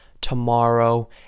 tomorrow